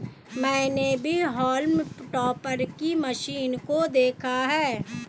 मैंने भी haulm topper की मशीन को देखा है